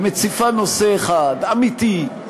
מציפה נושא אחד אמיתי,